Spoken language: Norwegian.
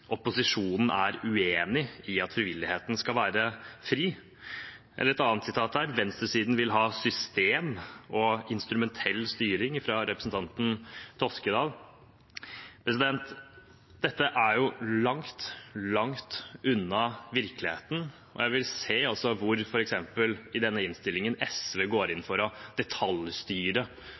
venstresiden vil ha system og instrumentell styring. Dette er langt, langt unna virkeligheten, og jeg vil se hvor i denne innstillingen SV går inn for å detaljstyre